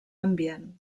ambient